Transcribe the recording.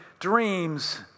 dreams